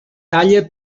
talla